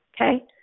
Okay